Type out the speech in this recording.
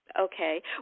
Okay